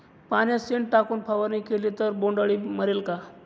पाण्यात शेण टाकून फवारणी केली तर बोंडअळी मरेल का?